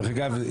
דרך אגב,